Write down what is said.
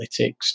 analytics